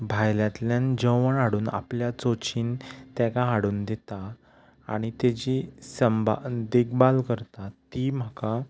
भायल्यांतल्यान जेवण हाडून आपल्या चोंचीन हाडून दिता आनी ताची संभाल देखभाल करता ती म्हाका